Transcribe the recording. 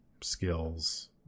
skills